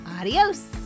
Adios